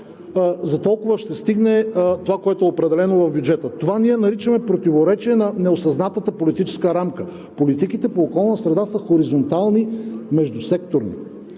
за толкова ще стигне това, което е определено в бюджета. Това ние наричаме противоречие на неосъзнатата политическа рамка. Политиките по околна среда са хоризонтални, междусекторни.